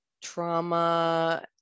trauma